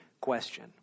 question